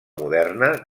moderna